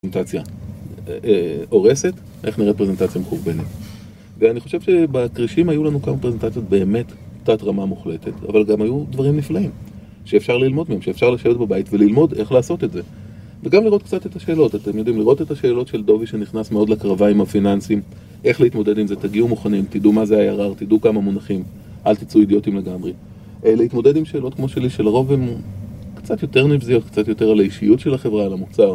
פרזנטציה הורסת, איך נראית פרזנטציה מחורבנת ואני חושב שבקרישים היו לנו כמה פרזנטציות באמת תת רמה מוחלטת אבל גם היו דברים נפלאים שאפשר ללמוד מהם, שאפשר לשבת בבית וללמוד איך לעשות את זה וגם לראות קצת את השאלות, אתם יודעים לראות את השאלות של דובי שנכנס מאוד לקרביים הפיננסיים, איך להתמודד עם זה, תגיעו מוכנים, תדעו מה זה IRR, תדעו כמה מונחים אל תצאו אידיוטים לגמרי. להתמודד עם שאלות כמו שלי שלרוב הם קצת יותר נבזיות, קצת יותר על האישיות של החברה, על המוצר